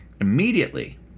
immediately